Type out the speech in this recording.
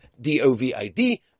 D-O-V-I-D